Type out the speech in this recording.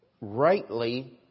rightly